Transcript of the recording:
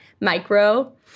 micro